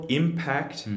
impact